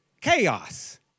chaos